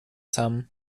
sam